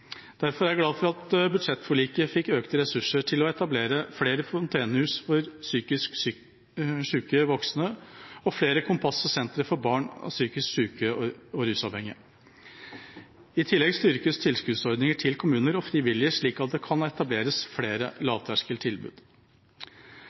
Derfor er jeg glad for at budsjettforliket fikk økte ressurser til å etablere flere Fontenehus for psykisk syke voksne og flere Kompasset-sentre for barn av psykisk syke og rusavhengige. I tillegg styrkes tilskuddsordninger til kommuner og frivillige, slik at det kan etableres flere lavterskeltilbud.